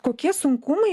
kokie sunkumai